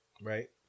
right